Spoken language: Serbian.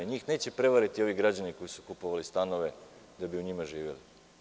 Njih neće prevariti ovi građani koji su kupovali stanove da bi u njima živeli.